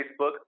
Facebook